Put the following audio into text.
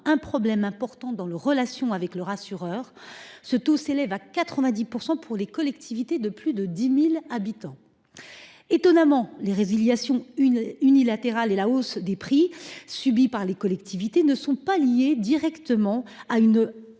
un problème important dans leur relation avec leur assureur ; ce taux s’élève à 90 % pour les collectivités de plus de 10 000 habitants. Étonnamment, les résiliations unilatérales et la hausse des prix subies par les collectivités ne sont pas directement liées